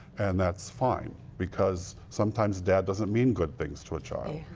and that's fine. because sometimes dad doesn't mean good things to a child.